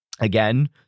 again